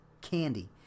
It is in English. candy